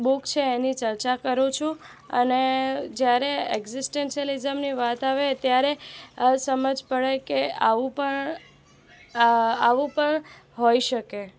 book છે એની ચર્ચા કરું છું અને જ્યારે એક્ઝિસ્ટન્શિયાલિઝમની વાત આવે ત્યારે સમજ પડે કે આવું પણ આવું પણ હોઈ શકે